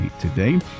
today